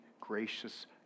gracious